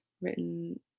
written